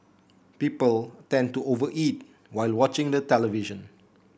people tend to over eat while watching the television